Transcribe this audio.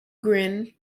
grin